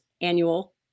annual